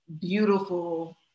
beautiful